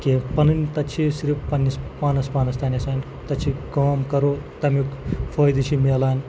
کینٛہہ پَنٕنۍ تَتہِ چھِ صرف پنٛںِس پانَس پانَس تانۍ آسان تَتہِ چھِ کٲم کَرو تَمیُٚک فٲیدٕ چھِ ملان